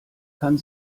kann